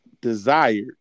desired